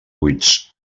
buits